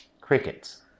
Crickets